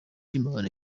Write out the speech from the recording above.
imana